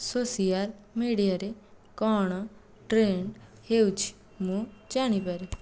social ମିଡ଼ିଆରେ କ'ଣ trend ହେଉଛି ମୁଁ ଜାଣିପାରେ